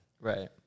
right